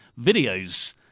videos